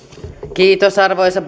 kiitos arvoisa